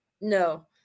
no